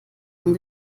von